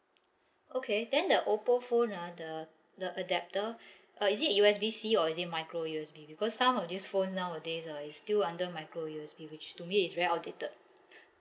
okay then the oppo phone uh the the adapter uh is it U_S_B C or is it micro U_S_B because some of these phones nowadays uh is still under micro U_S_B which to me is very outdated